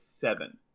seven